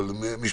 אבל זה